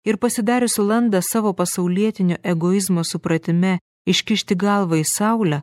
ir pasidariusių landą savo pasaulietinio egoizmo supratime iškišti galvą į saulę